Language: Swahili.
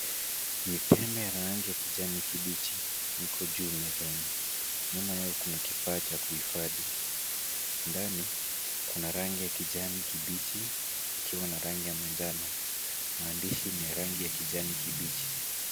Ni tembe la rangi ya kijani kibichi iko juu mezani. Nyuma yao kuna kifaa cha kuhifadhi. Ndani kuna rangi ya kijani kibichi likiwa na rangi ya manjano. Maandishi ni ya rangi ya kijani kibichi.